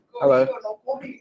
Hello